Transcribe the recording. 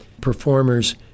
performers